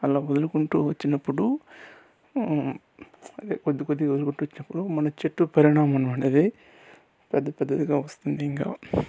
అలా వదులుకుంటూ వచ్చినప్పుడు అదే కొద్దీ కొద్దిగా వదులుకుంటూ వచ్చినపుడు మన చెట్టు పెద్ద పెద్దదిగా వస్తుంది ఇంకా